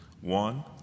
one